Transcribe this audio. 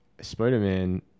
Spider-Man